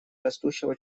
растущего